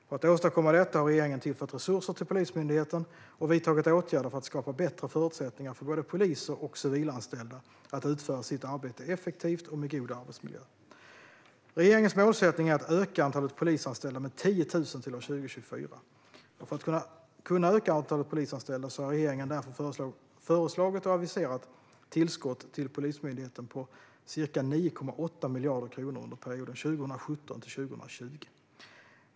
För att åstadkomma detta har regeringen tillfört resurser till Polismyndigheten och vidtagit åtgärder för att skapa bättre förutsättningar för både poliser och civilanställda att utföra sitt arbete effektivt och med god arbetsmiljö. Regeringens målsättning är att öka antalet polisanställda med 10 000 till år 2024. För att kunna öka antalet polisanställda har regeringen därför föreslagit och aviserat ett tillskott till Polismyndigheten på ca 9,8 miljarder kronor under perioden 2017-2020.